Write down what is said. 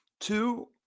two